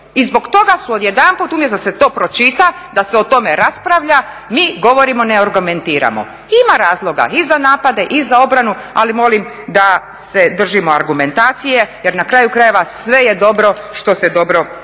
I zbog toga su odjedanput umjesto da se to pročita, da se o tome raspravlja mi govorimo neargumentirano. Ima razloga i za napade i za obranu, ali molim da se držimo argumentacije, jer na kraju krajeva sve je dobro što se dobro